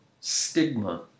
stigma